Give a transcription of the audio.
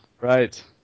right